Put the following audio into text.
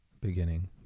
beginning